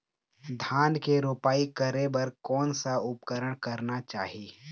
धान के रोपाई करे बर कोन सा उपकरण करना चाही?